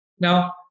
Now